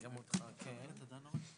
הדיון ננעל.